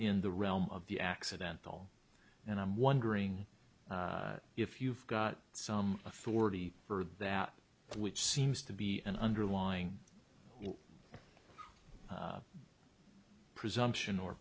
in the realm of the accidental and i'm wondering if you've got some authority for that which seems to be an underlying presumption or